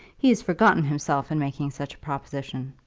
he has forgotten himself in making such a proposition.